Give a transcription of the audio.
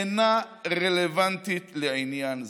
אינה רלוונטית לעניין זה.